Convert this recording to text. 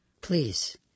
Please